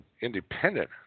independent